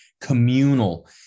communal